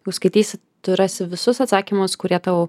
jūs skaitysit tu rasi visus atsakymus kurie tau